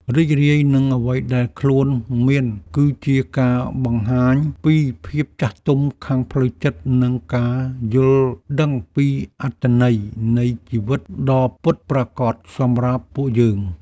រីករាយនឹងអ្វីដែលខ្លួនមានគឺជាការបង្ហាញពីភាពចាស់ទុំខាងផ្លូវចិត្តនិងការយល់ដឹងពីអត្ថន័យនៃជីវិតដ៏ពិតប្រាកដសម្រាប់ពួកយើង។